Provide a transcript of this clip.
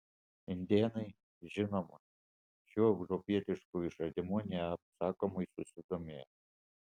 indėnai žinoma šiuo europietišku išradimu neapsakomai susidomėjo